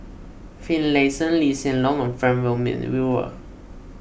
Finlayson Lee Hsien Loong and Frank Wilmin Brewer